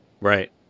Right